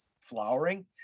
flowering